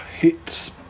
hits